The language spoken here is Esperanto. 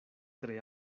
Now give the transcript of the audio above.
tre